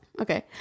Okay